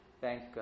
thank